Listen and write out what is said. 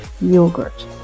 yogurt